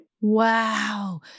wow